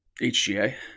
HGA